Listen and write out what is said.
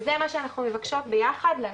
וזה מה שאנחנו מבקשות ביחד לעשות.